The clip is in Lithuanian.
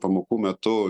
pamokų metu